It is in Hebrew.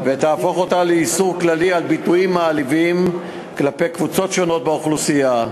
ותהפוך לאיסור כללי על ביטויים מעליבים כלפי קבוצות שונות באוכלוסייה.